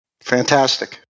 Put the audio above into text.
Fantastic